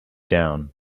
down